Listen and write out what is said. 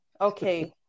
Okay